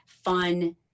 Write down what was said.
fun